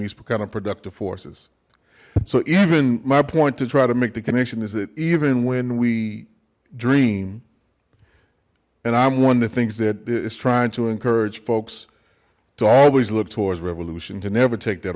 these kind of productive forces so even my point to try to make the connection is that even when we dream and i'm one that thinks that it's trying to encourage folks to always look towards revolution to never take that